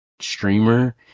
streamer